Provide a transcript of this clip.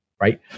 right